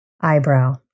Eyebrow